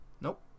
nope